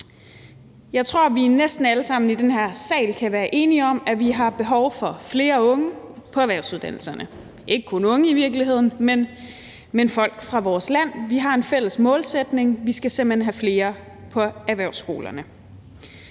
Jeg tror, at vi næsten alle sammen i den her sal kan være enige om, at vi har behov for flere unge på erhvervsuddannelserne – i virkeligheden ikke kun unge, men folk fra vores land. Vi har en fælles målsætning: Vi skal simpelt hen have flere på erhvervsskolerne.